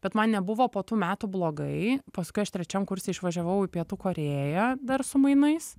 bet man nebuvo po tų metų blogai paskui aš trečiam kurse išvažiavau į pietų korėją dar su mainais